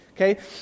okay